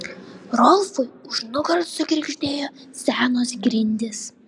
rolfui už nugaros sugirgždėjo senos grindys